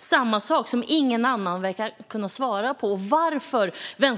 Det är en fråga som ingen annan verkar kunna svara på och som är anledningen